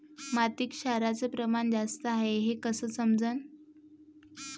मातीत क्षाराचं प्रमान जास्त हाये हे कस समजन?